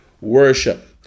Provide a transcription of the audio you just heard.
worship